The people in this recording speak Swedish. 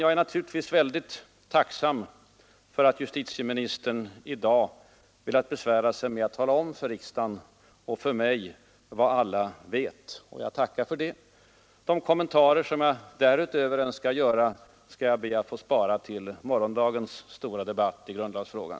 Jag är naturligtvis väldigt tacksam för att justitieministern i dag velat besvära sig med att tala om för riksdagen och för mig vad alla vet, och jag tackar för det. De kommentarer som jag därutöver önskar göra skall jag be att få spara till morgondagens stora debatt i grundlagsfrågan.